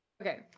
Okay